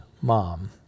mom